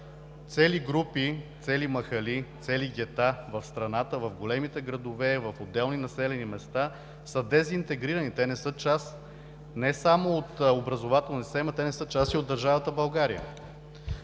цели групи, цели махали, цели гета в страната, в големите градове, в отделни населени места са дезинтегрирани, те не са част не само от образователната система, те не са част и от държавата България.